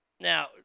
Now